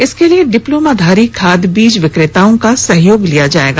इसके लिए डिप्लोमा धारी खाद बीज विकताओं का सहयोग लिया जायेगा